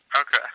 okay